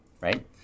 right